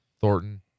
Thornton